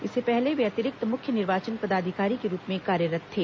इससे पहले वे अतिरिक्त मुख्य निर्वाचन पदाधिकारी के रूप में कार्यरत थे